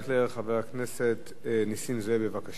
חבר הכנסת נסים זאב, בבקשה.